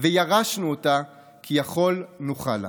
וירשנו אתה כי יכול נוכל לה".